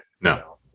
no